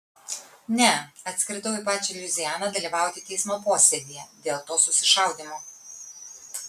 ne atskridau į pačią luizianą dalyvauti teismo posėdyje dėl to susišaudymo